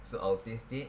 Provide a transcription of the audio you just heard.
so I will taste it